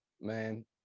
man